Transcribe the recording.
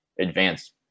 advanced